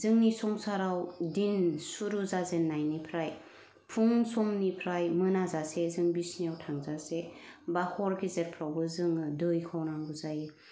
जोंनि संसाराव दिन सुरु जाजेननाय निफ्राय फुं समनि फ्राय मोना जासे जों बिसिनायाव थांजासे बा हर गेजेरफ्रावबो दैखौ नांगौ जायो